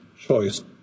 choice